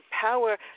power